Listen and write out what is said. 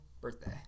birthday